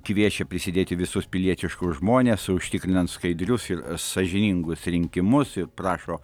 kviečia prisidėti visus pilietiškus žmones užtikrinant skaidrius ir sąžiningus rinkimus ir prašo